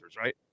right